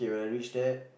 when I reach there